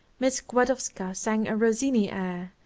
miss gladowska sang a rossini air,